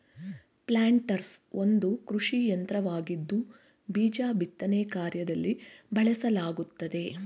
planters ಒಂದು ಕೃಷಿಯಂತ್ರವಾಗಿದ್ದು ಬೀಜ ಬಿತ್ತನೆ ಕಾರ್ಯದಲ್ಲಿ ಬಳಸಲಾಗುತ್ತದೆ